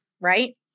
right